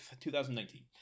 2019